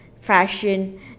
fashion